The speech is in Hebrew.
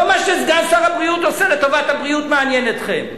לא מה שסגן שר הבריאות עושה לטובת הבריאות מעניין אתכם.